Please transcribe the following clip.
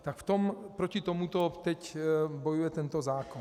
Tak proti tomuto teď bojuje tento zákon.